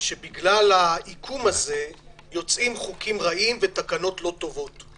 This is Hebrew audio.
שבגלל העיקום הזה יוצאים חוקים רעים ותקנות לא טובות.